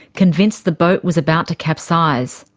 convinced the boat was about to capsize.